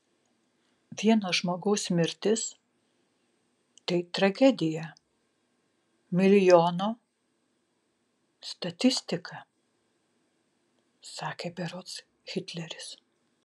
vieno žmogaus mirtis tai tragedija milijono statistika sakė berods hitleris